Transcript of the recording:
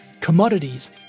commodities